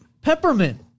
peppermint